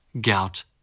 Gout